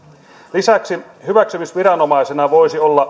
lisäksi hyväksymisviranomaisena voisi olla